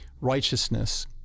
righteousness